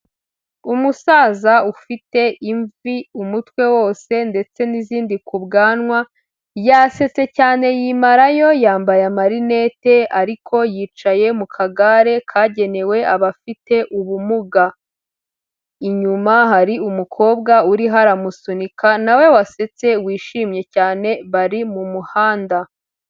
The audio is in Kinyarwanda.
Umusaza ufite imvi umutwe wose ndetse n'izindi ku bwanwa, yasetse cyane yimarayo, yambaye amarinete ariko yicaye mu kagare kagenewe abafite ubumuga. Inyuma hari umukobwa uriho aramusunika, na we wasetse, wishimye cyane, bari mu muhanda.